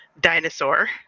dinosaur